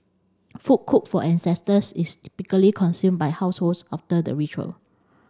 food cooked for ancestors is typically consumed by households after the ritual